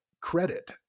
credit